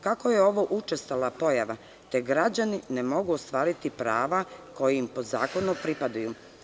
Kao je ovo učestala pojava, građani ne mogu ostvariti prava koja im po zakonu pripadaju.